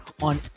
on